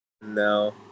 No